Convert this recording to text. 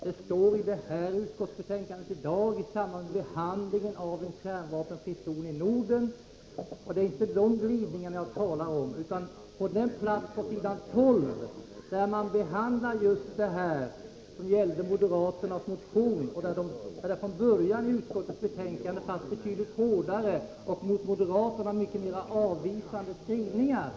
Jag vill hänvisa till s. 12 i dagens betänkande, där utskottet i samband med behandlingen av frågan om en kärnvapenfri zon i Norden tar upp moderaternas motion. Från början fanns i utskottsbetänkandet betydligt hårdare och mot moderaterna mycket mer avvisande skrivningar.